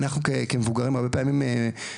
אנחנו כמבוגרים הרבה פעמים מפחדים,